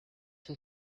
can